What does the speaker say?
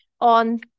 on